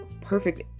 perfect